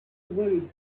worry